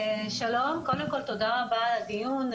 שלום, קודם כל תודה רבה על הדיון.